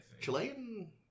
Chilean